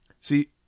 see